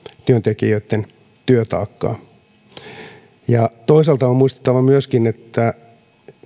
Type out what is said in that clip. työntekijöitten työtaakkaa toisaalta on muistettava myöskin että